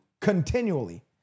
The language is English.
continually